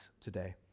today